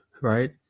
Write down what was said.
right